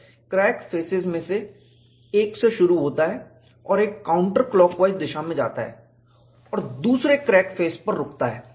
J integral crack faces में से एक से शुरू होता है और एक काउंटर क्लॉकवाइज दिशा में जाता है और दूसरे क्रैक फेस पर रुकता है